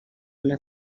una